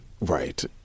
right